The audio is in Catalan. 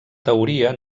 teoria